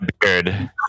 beard